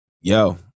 yo